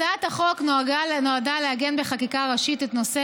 הצעת החוק נועדה לעגן בחקיקה ראשית את נושא